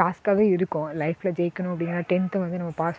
டாஸ்க்காகவே இருக்கும் லைஃப்பில் ஜெயிக்கணும் அப்படினா டென்த் வந்து நம்ம பாஸ் பண்ணணும்